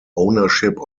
ownership